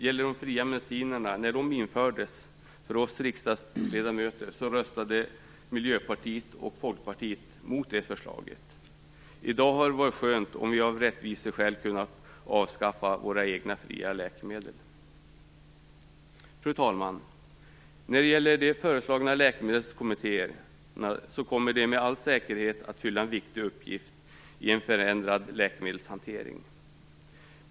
När de fria medicinerna infördes för oss riksdagsledamöter röstade Miljöpartiet och Folkpartiet mot förslaget. I dag hade det varit skönt om vi av rättviseskäl kunnat avskaffa våra egna fria läkemedel. Fru talman! De föreslagna läkemedelskommittéerna kommer med all säkerhet att fylla en viktig uppgift i en förändrad läkemedelshantering.